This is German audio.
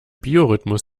biorhythmus